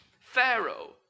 Pharaoh